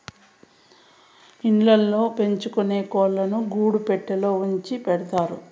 ఇళ్ళ ల్లో పెంచుకొనే కోళ్ళను గూడు పెట్టలో ఉంచి పెంచుతారు